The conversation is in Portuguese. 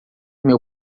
meu